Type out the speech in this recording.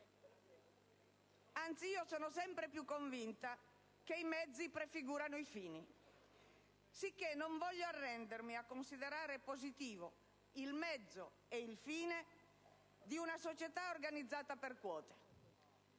Anzi, sono sempre più convinta che i mezzi prefigurano i fini, sicché non voglio arrendermi a considerare positivo il mezzo e il fine di una società organizzata per quote: